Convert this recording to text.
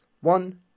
one